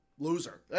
Loser